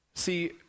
See